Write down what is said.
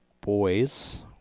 boys